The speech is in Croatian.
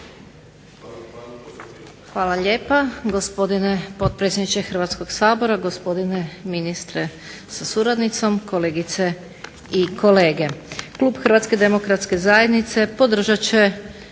Hvala lijepa. Gospodine potpredsjedniče HRvatskog sabora, gospodine ministre sa suradnicom, kolegice i kolege zastupnici. Klub HDZ-a podržat će